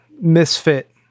misfit